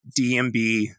dmb